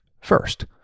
first